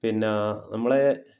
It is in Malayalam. പിന്നെ നമ്മളെ